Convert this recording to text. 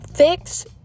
Fix